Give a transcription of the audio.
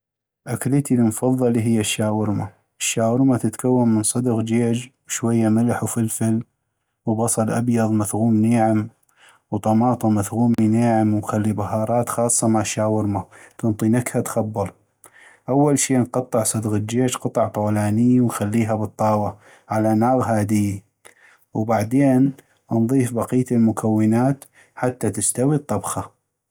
أكلتي المفضلي هي الشاورما ، الشاورما تتكون من صدغ جيج وشوية ملح وفلفل ، وبصل أبيض مثغوم نيعم ، وطماطة مثغومي نيعم ، ونخلي بهارات خاصة مال شاورما تنطي نكهة تخبل ، اول شي نقطع صدغ الجيج قطع طولانية ونخليها بالطاوة على ناغ هاديي وبعدين نضيف بقية المكونات حتى تستوي الطبخة.